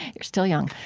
you're still young.